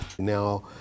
Now